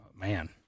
man